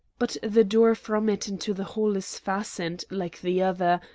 but the door from it into the hall is fastened, like the other,